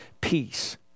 peace